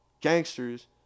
gangsters